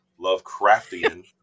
Lovecraftian